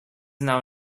now